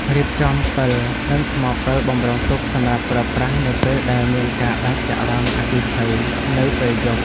រៀបចំពិលនិងថ្មពិលបម្រុងទុកសម្រាប់ប្រើប្រាស់នៅពេលដែលមានការដាច់ចរន្តអគ្គិភ័យនៅពេលយប់។